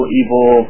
evil